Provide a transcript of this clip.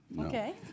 Okay